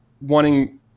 wanting